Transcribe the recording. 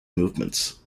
movements